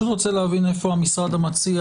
אני פשוט רוצה להבין איפה המשרד המציע